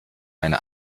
eine